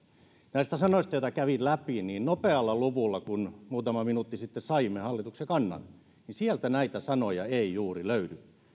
näistä sanoista joita kävin läpi nopealla luvulla kun muutama minuutti sitten saimme hallituksen kannan sieltä näitä sanoja ei juuri löydy